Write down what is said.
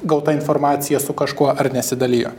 gauta informacija su kažkuo ar nesidalijo